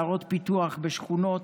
בעיירות פיתוח, בשכונות,